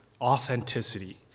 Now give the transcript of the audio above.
authenticity